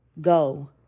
Go